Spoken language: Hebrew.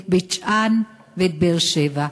את בית-שאן ואת באר-שבע.